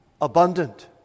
abundant